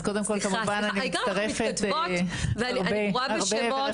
אנחנו מתכתבות ואני גרועה בשמות.